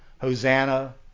Hosanna